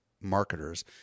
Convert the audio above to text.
marketers